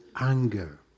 anger